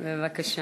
בבקשה.